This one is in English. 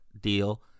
deal